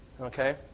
Okay